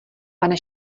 pane